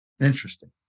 Interesting